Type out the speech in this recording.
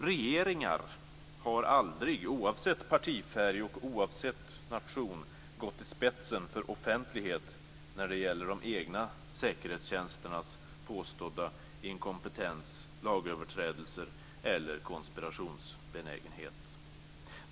Regeringar har aldrig, oavsett partifärg och oavsett nation, gått i spetsen för offentlighet när det gäller de egna säkerhetstjänsternas påstådda inkompetens, lagöverträdelser eller konspirationsbenägenhet.